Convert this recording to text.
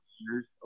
years